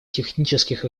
технических